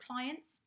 clients